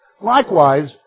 Likewise